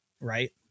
right